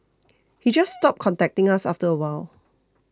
he just stopped contacting us after a while